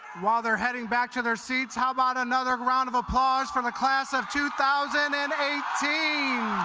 while they're heading back to their seats how about another round of applause for the class of two thousand and eighteen